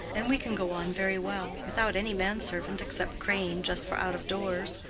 and we can go on very well without any man-servant except crane, just for out-of-doors.